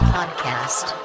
Podcast